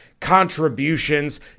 contributions